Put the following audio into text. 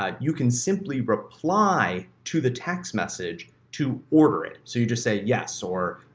ah you can simply reply to the text message to order it. so, you just say, yes or